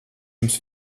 jums